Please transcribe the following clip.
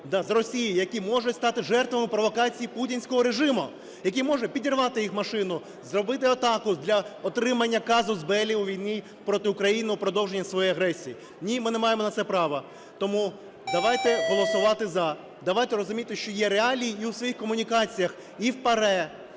з Росії, які можуть стати жертвами провокацій путінського режиму, який може підірвати їх машину, зробити атаку для отримання "казус беллі" у війні проти України в продовження своєї агресії? Ні, ми не маємо на це права. Тому давайте голосувати "за". Давайте розуміти, що є реалії, і у своїх комунікаціях і в ПАРЕ,